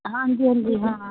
ਹਾਂਜੀ ਹਾਂਜੀ ਹਾਂ